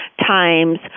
times